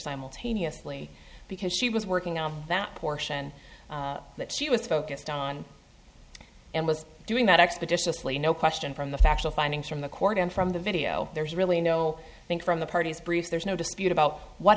simultaneously because she was working on that portion that she was focused on and was doing that expeditiously no question from the factual findings from the court and from the video there's really no i think from the parties brief there's no dispute about what